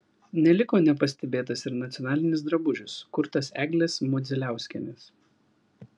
neliko nepastebėtas ir nacionalinis drabužis kurtas eglės modzeliauskienės